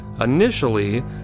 Initially